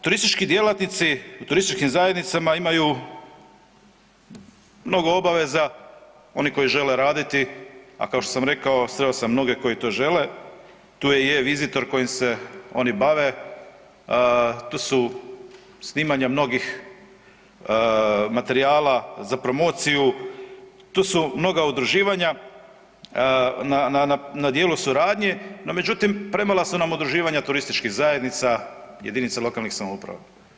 Turistički djelatnici u turističkim zajednicama imaju mnogo obaveza oni koji žele raditi, a kao što sam rekao sreo sam mnoge koji to žele, tu i je vizitor kojim se oni bave, tu su snimanja mnogih materijala za promociju, tu su mnoga udruživanja na djelu suradnje, no međutim premala su nam udruživanja turističkih zajednica JLS-ova.